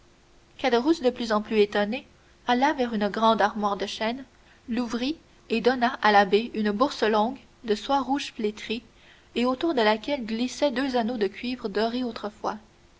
de plus en plus étonné alla vers une grande armoire de chêne l'ouvrit et donna à l'abbé une bourse longue de soie rouge flétrie et autour de laquelle glissaient deux anneaux de cuivre dorés autrefois